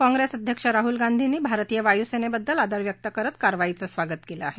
कॉंप्रेस अध्यक्ष राहूल गांधीनी भारतीय वायुसेनेबद्दल आदर व्यक्त करत या कारवाईचं स्वागत केलं आहे